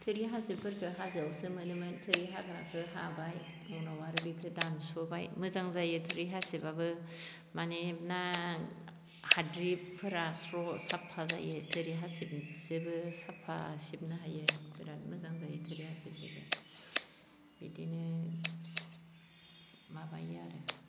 थोरि हासिबफोरखो हाजोआवसो मोनोमोन थोरि हाग्राखो हाबाय उनाव आरो बेखो दानस'बाय मोजां जायो थोरि हासिबआबो मानि ना हाद्रिफोरा स्र' साफा जायो थोरि हासिबजो साफा सिबनो हायो बिराद मोजां जायो थोरि हासिबजोबो बिदिनो माबायो आरो